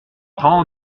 tant